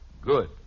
Good